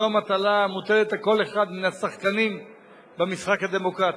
זו המטלה המוטלת על כל אחד מהשחקנים במשחק הדמוקרטי.